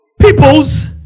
peoples